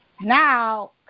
now